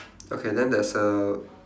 okay then there's a